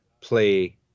play